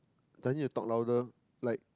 do I need to talk louder like